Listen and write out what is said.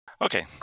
Okay